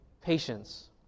Patience